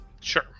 Sure